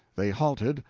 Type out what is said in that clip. they halted,